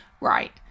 right